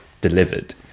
delivered